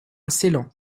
ceylan